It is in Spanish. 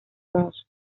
moss